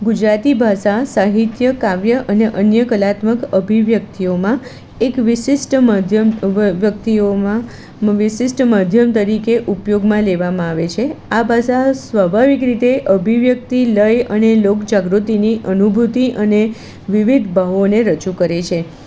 ગુજરાતી ભાષા સાહિત્ય કાવ્ય અને અન્ય કલાત્મક અભિવ્યક્તિઓમાં એક વિશિષ્ટ માધ્યમ વ્યક્તિઓમાં વિશિષ્ટ માધ્યમ તરીકે ઉપયોગમાં લેવામાં આવે છે આ ભાષા સ્વાભાવિક રીતે અભિવ્યક્તિ લય અને લોક જાગૃતિની અનુભૂતિ અને વિવિધ ભાવોને રજુ કરે છે